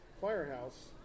firehouse